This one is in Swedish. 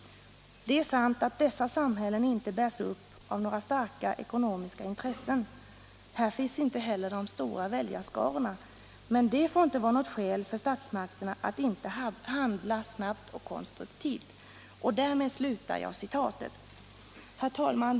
Det är sant att dessa samhälle inte bärs upp av några starka ekonomiska intressen. Här finns inte heller de stora väljarskarorna. Men det får inte vara något skäl för statsmakterna att inte handla snabbt och konstruktivt.” Herr talman!